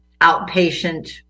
outpatient